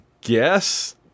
guess